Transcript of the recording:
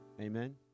Amen